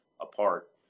apart